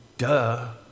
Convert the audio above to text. Duh